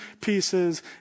pieces